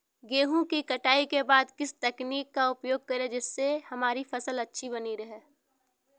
गेहूँ की कटाई के बाद किस तकनीक का उपयोग करें जिससे हमारी फसल अच्छी बनी रहे?